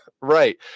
Right